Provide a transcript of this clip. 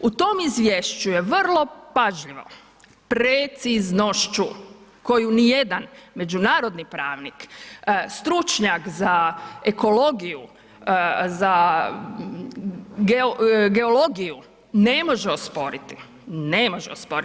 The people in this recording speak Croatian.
U tom izvješću je vrlo pažljivo, preciznošću koju ni jedan međunarodni pravnik, stručnjak za ekologiju, za geologiju ne može osporiti, ne može osporiti.